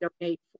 donate